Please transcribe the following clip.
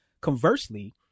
Conversely